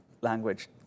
language